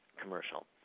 commercial